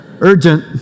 urgent